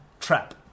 trap